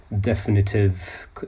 definitive